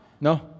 No